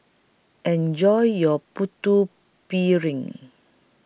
Enjoy your Putu Piring